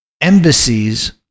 embassies